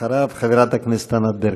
אחריו, חברת הכנסת ענת ברקו.